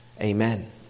Amen